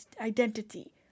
identity